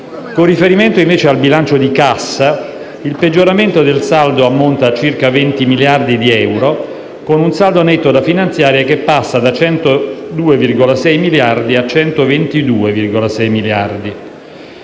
Con riferimento invece al bilancio di cassa, il peggioramento del saldo ammonta a circa 20 miliardi di euro, con un saldo netto da finanziare che passa da 102,6 miliardi a 122,6 miliardi.